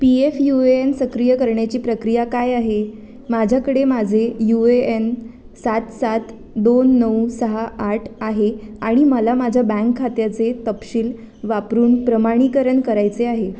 P F U A N सक्रिय करण्याची प्रक्रिया काय आहे माझ्याकडे माझे यू ए एन सात सात दोन नऊ सहा आठ आहे आणि मला माझ्या बँक खात्याचे तपशील वापरून प्रमाणीकरण करायचे आहे